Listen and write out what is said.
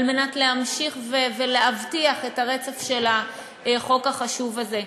מנת להמשיך ולהבטיח את הרצף של החוק החשוב הזה.